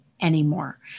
anymore